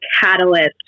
catalyst